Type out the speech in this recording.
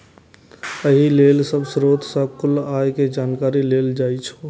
एहि लेल सब स्रोत सं कुल आय के जानकारी लेल जाइ छै